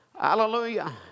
Hallelujah